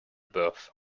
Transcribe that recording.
births